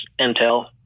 intel